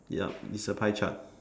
yup it's a pie chart